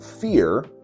fear